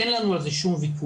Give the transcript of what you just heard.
אין לנו על זה כל ויכוח.